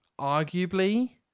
arguably